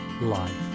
life